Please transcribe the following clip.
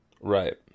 Right